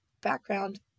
background